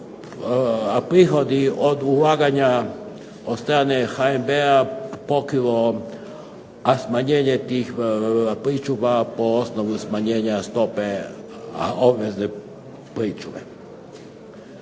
prihodi od ulaganja od strane HNB-a pokrilo smanjenje tih pričuva po osnovu smanjenja stope obvezne pričuve.